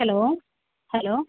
hello hello